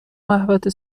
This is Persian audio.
محوطه